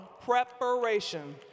preparation